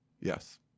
Yes